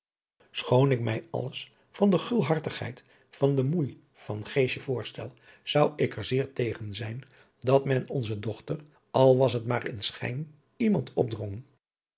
schoon ik mij alles van de gulhartigheid van de moei van geesje voorstel zou ik er zeer tegen zijn dat men onze dochter al was het maar in schijn iemand opdrong